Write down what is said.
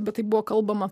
bet taip buvo kalbama